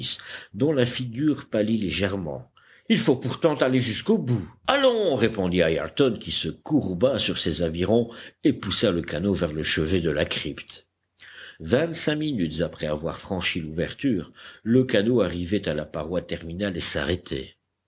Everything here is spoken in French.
dont la figure pâlit légèrement il faut pourtant aller jusqu'au bout allons répondit ayrton qui se courba sur ses avirons et poussa le canot vers le chevet de la crypte vingt-cinq minutes après avoir franchi l'ouverture le canot arrivait à la paroi terminale et s'arrêtait